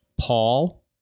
Paul